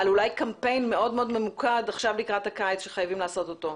על אולי קמפיין מאוד מאוד ממוקד עכשיו לקראת הקיץ שחייבים לעשות אותו.